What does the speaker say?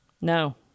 No